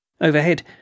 Overhead